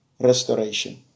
restoration